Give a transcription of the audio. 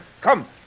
Come